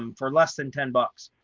um for less than ten bucks.